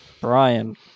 brian